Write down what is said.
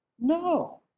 no